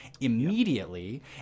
immediately